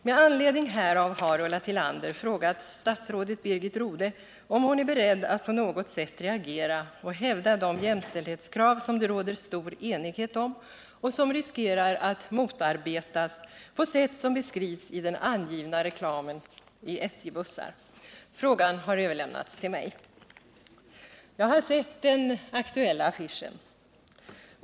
Med anledning härav har Ulla Tillander frågat statsrådet Birgit Rodhe om hon är beredd att på något sätt reagera och hävda de jämställdhetskrav som det råder stor enighet om och som riskerar att motarbetas på sätt som beskrivs i den angivna reklamen i SJ:s bussar. Frågan har överlämnats till mig. Jag har sett den aktuella affischen.